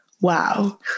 Wow